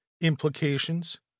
implications